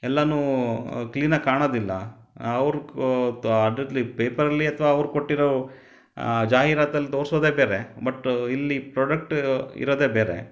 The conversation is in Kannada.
ಎಲ್ಲನೂ ಕ್ಲೀನಾಗಿ ಕಾಣೋದಿಲ್ಲ ಅವ್ರು ಅದರಲ್ಲಿ ಪೇಪರಲ್ಲಿ ಅಥವಾ ಅವ್ರು ಕೊಟ್ಟಿರೋ ಜಾಹಿರಾತಲ್ಲಿ ತೋರಿಸೋದೇ ಬೇರೆ ಬಟ್ಟು ಇಲ್ಲಿ ಪ್ರೊಡಕ್ಟ್ ಇರೋದೇ ಬೇರೆ